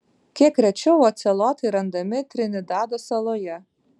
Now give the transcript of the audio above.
kiek rečiau ocelotai randami trinidado saloje